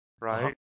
right